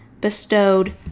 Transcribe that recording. bestowed